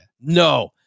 No